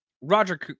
Roger